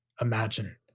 imagine